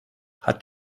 hat